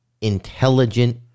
intelligent